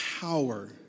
power